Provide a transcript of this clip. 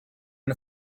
and